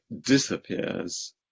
disappears